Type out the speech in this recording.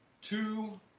two